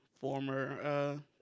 former